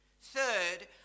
Third